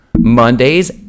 Mondays